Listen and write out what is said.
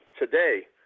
today